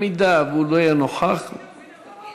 אם הוא לא יהיה נוכח, הוא פה.